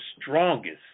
strongest